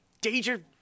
danger